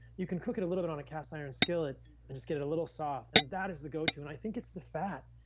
you can cook it a little bit on a cast iron skillet and just get it a little soft. and that is the go-to. i think it's the fat.